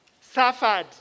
suffered